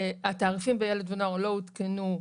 התעריפים בילד ונוער לא עודכנו,